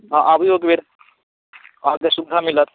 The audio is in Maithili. हँ आबियौ एक बेर अहाँकेँ सुविधा मिलत